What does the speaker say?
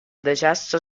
decesso